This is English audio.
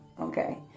Okay